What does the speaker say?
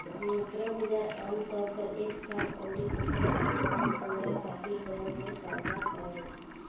मुद्रा बाजार आमतौर पर एक साल अउरी ओकरा से कम समय खातिर ऋण के सौदा करेला